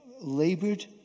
labored